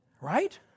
Right